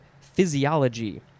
physiology